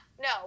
no